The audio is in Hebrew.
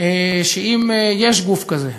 שאם יש גוף כזה,